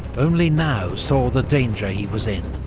only now saw the danger he was in.